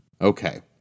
Okay